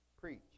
preach